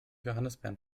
johannisbeeren